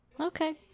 Okay